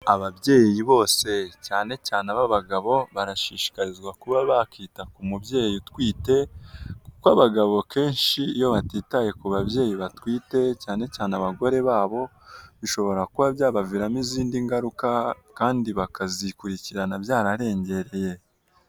Ababyeyi bose cyane cyane ab'abagabo barashishikarizwa kuba bakwita ku mubyeyi utwite, kuko abagabo kenshi iyo batitaye ku babyeyi batwite cyane cyane abagore babo, bishobora kuba byabaviramo izindi ngaruka kandi bakazikurikirana byararengereye.